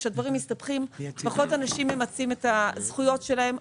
כאשר דברים מסתבכים פחות אנשים ממצים את הזכויות שלהם.